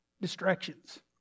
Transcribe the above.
Distractions